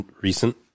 recent